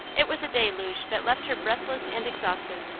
it was a deluge that left her breathless and exhausted.